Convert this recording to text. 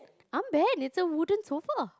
unban it's a wooden sofa